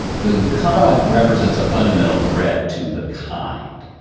the incumbent represents a fundamental threat to the kind.